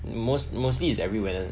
most mostly is every wed